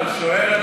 אני שואל,